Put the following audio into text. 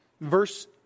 Verse